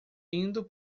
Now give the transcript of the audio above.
indo